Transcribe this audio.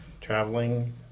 traveling